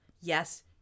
Yes